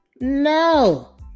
No